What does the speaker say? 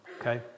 okay